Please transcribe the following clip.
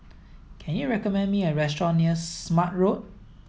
can you recommend me a restaurant near Smart Road